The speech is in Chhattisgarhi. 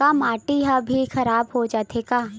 का माटी ह भी खराब हो जाथे का?